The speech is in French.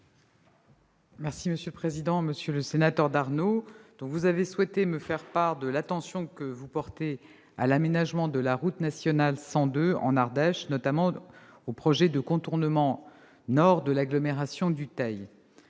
Monsieur le sénateur Mathieu Darnaud, vous avez souhaité me faire part de l'attention que vous portez à l'aménagement de la route nationale 102, en Ardèche, notamment au projet de contournement nord de l'agglomération du Teil.